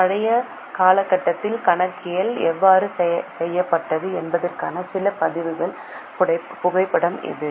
பழைய காலகட்டத்தில் கணக்கியல் எவ்வாறு செய்யப்பட்டது என்பதற்கான சில பதிவுகளின் புகைப்படம் இது